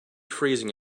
freezing